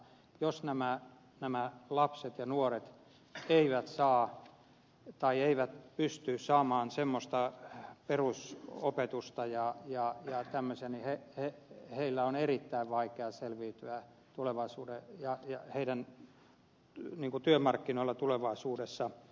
jos nämä lapset ja nuoret eivät saa tai eivät pysty saamaan semmosta perus opetusta ja ja semmoista perusopetusta heidän on erittäin vaikea selviytyä tulevaisuudesta ja työmarkkinoilla tulevaisuudessa